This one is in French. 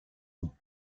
non